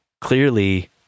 Clearly